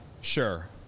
sure